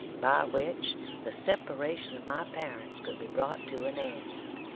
by which the separation of my parents could be brought to an end.